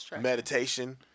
meditation